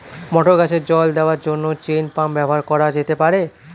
মটর গাছে জল দেওয়ার জন্য চেইন পাম্প ব্যবহার করা যেতে পার?